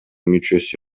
мүчөсү